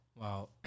wow